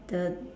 the